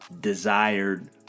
desired